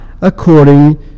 according